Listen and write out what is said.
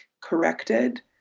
corrected